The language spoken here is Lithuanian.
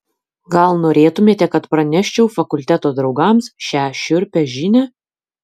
gal norėtumėte kad praneščiau fakulteto draugams šią šiurpią žinią